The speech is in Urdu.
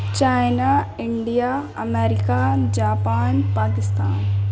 China India America Japan Pakistan